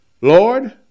Lord